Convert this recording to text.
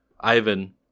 Ivan